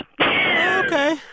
Okay